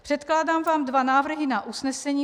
Předkládám vám dva návrhy na usnesení.